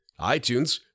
iTunes